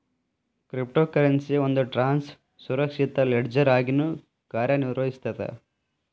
crypto currency ಒಂದ್ ಟ್ರಾನ್ಸ್ನ ಸುರಕ್ಷಿತ ಲೆಡ್ಜರ್ ಆಗಿನೂ ಕಾರ್ಯನಿರ್ವಹಿಸ್ತದ